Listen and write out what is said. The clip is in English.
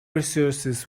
resources